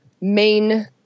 main